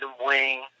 Wing